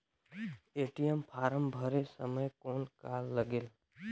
ATM form भरे समय कौन का लगेल?